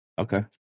Okay